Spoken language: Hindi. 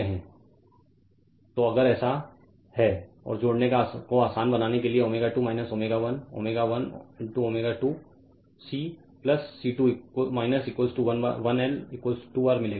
Refer Slide Time 3307 तो अगर ऐसा है और जोड़ने को आसान बनाने के लिए ω2 ω 1 ω 1 ω2 C C2 1 L 2 R मिलेगा